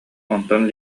онтон